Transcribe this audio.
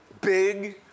big